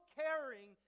caring